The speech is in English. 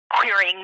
querying